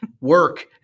work